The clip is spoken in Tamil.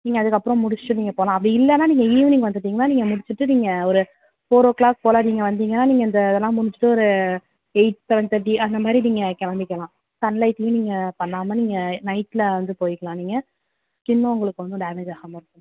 நீங்கள் அதுக்கப்புறம் முடிச்சுட்டு நீங்கள் போகலாம் அப்படி இல்லைனா நீங்கள் ஈவினிங் வந்துட்டிங்கன்னா நீங்கள் முடிச்சுட்டு நீங்கள் ஒரு ஃபோர் ஓ கிளாக் போல் நீங்கள் வந்திங்கன்னா நீங்கள் இந்த இதெல்லாம் முடிச்சுட்டு ஒரு எயிட் சவன் தார்ட்டி அந்த மாதிரி நீங்கள் கிளம்பிக்கலாம் சன் லைட்லேயும் நீங்கள் பண்ணாமல் நீங்கள் நைட்டில் வந்து போய்க்கலாம் நீங்கள் ஸ்கின்னும் உங்களுக்கு ஒன்றும் டேமேஜ் ஆகாமல் இருக்கும்